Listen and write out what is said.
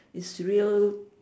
it's real